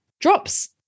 drops